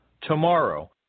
tomorrow